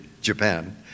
Japan